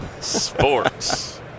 Sports